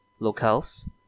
locales